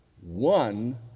one